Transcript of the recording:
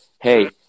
hey